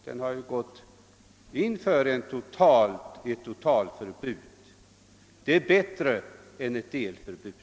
I hans reservation föreslås ett totalförbud. Det är bättre än ett delförbud.